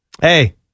Hey